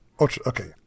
Okay